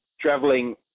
traveling